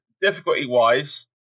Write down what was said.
Difficulty-wise